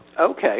Okay